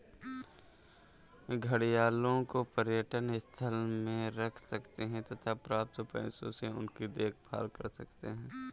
घड़ियालों को पर्यटन स्थल में रख सकते हैं तथा प्राप्त पैसों से उनकी देखभाल कर सकते है